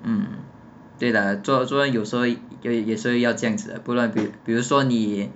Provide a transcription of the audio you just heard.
mm 对 lah 做做人有时候会有时候会要这样子 lah 不不然比如说你